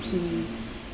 he